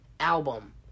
Album